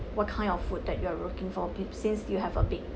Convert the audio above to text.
what kind of food that you are looking for big since you have a big